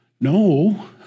no